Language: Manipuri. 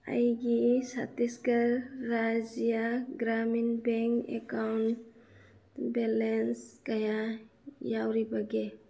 ꯑꯩꯒꯤ Chhattisgarh Rajya Gramin bank account balance ꯀꯌꯥ ꯌꯥꯎꯔꯤꯕꯒꯦ